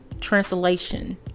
translation